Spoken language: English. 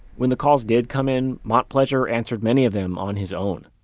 when the calls did come in, montplaisir answered many of them on his own.